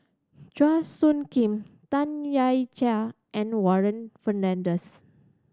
Chua Soo Khim Tam Wai Jia and Warren Fernandez